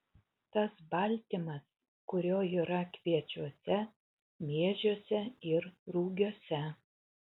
tai baltymas kurio yra kviečiuose miežiuose ir rugiuose